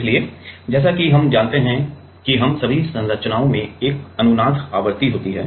इसलिए जैसा कि हम जानते हैं कि हम सभी संरचनाओं में एक अनुनाद आवृत्ति होती है